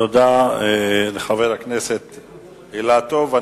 תודה לחבר הכנסת אילטוב.